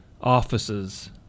offices